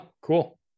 cool